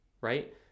right